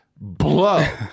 blow